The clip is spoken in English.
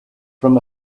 from